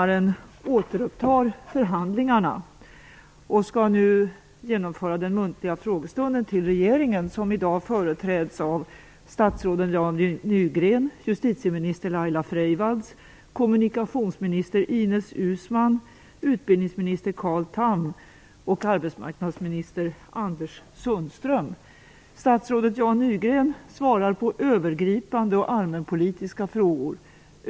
Regeringen företräds i dag av statsråden Jan Nygren, justitieminister Laila Freivalds, kommunikationsminister Ines Uusmann, utbildningsminister Carl Statsrådet Jan Nygren svarar på övergripande och allmänpolitiska frågor.